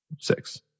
Six